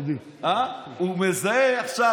הוא מזהה עכשיו.